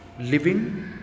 living